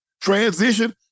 transition